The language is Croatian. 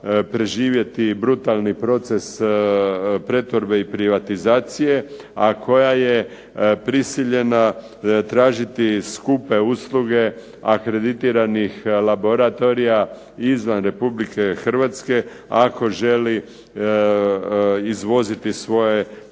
preživjeti brutalni proces pretvorbe i privatizacije, a koja je prisiljena tražiti skupe usluge akreditiranih laboratorija izvan Republike Hrvatske, ako želi izvoziti svoje